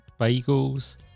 bagels